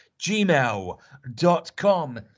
gmail.com